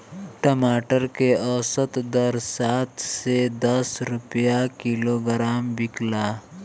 टमाटर के औसत दर सात से दस रुपया किलोग्राम बिकला?